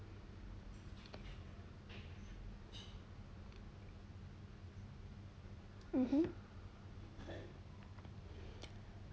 mmhmm